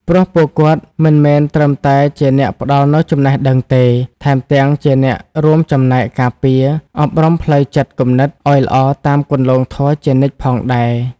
ព្រោះពួកគាត់មិនមែនត្រឹមតែជាអ្នកផ្តល់នូវចំណេះដឹងទេ ថែមទាំងជាអ្នករួមចំណែកការពារ អប់រំផ្លូវចិត្តគំនិតឱ្យល្អតាមគន្លងធម៌ជានិច្ចផងដែរ។